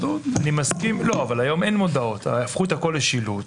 היום אין מודעות, הפכו את הכול לשילוט,